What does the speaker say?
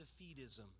defeatism